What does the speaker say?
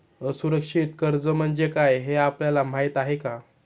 असुरक्षित कर्ज म्हणजे काय हे आपल्याला माहिती आहे का?